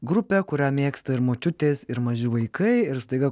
grupė kurią mėgsta ir močiutės ir maži vaikai ir staiga koncertuose tu jau esi apribotas